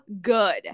good